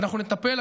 ואנחנו נטפל.